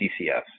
CCS